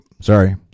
sorry